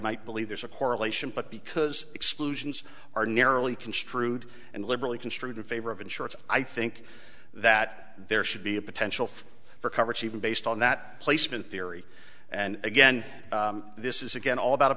might believe there's a correlation but because exclusions are narrowly construed and liberally construed in favor of an shorts i think that there should be a potential for coverage even based on that placement theory and again this is again all about a